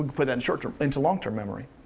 but and sort of into long-term memory.